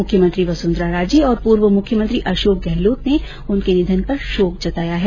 मुख्यमंत्री वसुंधरा राजे और पूर्व मुख्यमंत्री अशोक गहलोत ने उनके निधन पर शोक जताया है